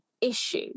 issue